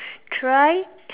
try